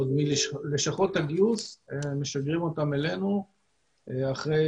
עוד מלשכות הגיוס משגרים אותם אלינו אחרי